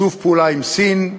שיתוף פעולה עם סין,